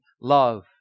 love